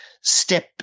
step